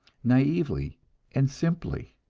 naively and simply.